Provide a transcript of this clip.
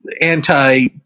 Anti